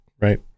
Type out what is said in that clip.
right